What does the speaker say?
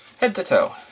head to toe.